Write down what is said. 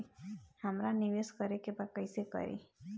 हमरा निवेश करे के बा कईसे करी?